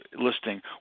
listing